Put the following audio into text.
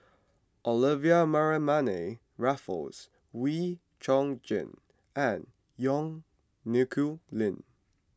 Olivia Mariamne Raffles Wee Chong Jin and Yong Nyuk Lin